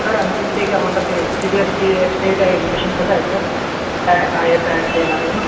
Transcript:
sir आणखीन ते काही काय म्हणतात ते सी बी एस सी आहे स्टेट आहे एज्युकेशन कसं आहे सर काय आय एस आय ते राहतं ना